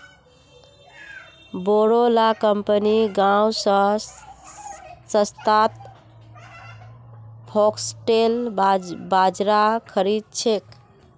बोरो ला कंपनि गांव स सस्तात फॉक्सटेल बाजरा खरीद छेक